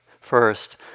first